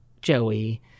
Joey